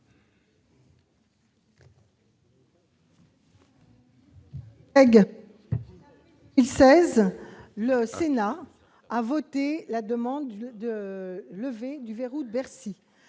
2016, le Sénat a voté la demande de levée du « verrou de Bercy